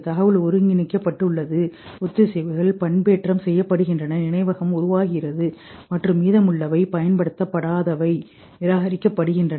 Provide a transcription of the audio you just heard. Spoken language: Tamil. தகவல் ஒருங்கிணைக்கப்பட்டுள்ளது ஒத்திசைவுகள் பண்பேற்றம் செய்யப்படுகின்றன நினைவகம் உருவாகிறது மற்றும் மீதமுள்ளவை பயன்படுத்தப்படாதவை நிராகரிக்கப்படுகின்றன